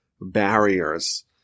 barriers